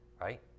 right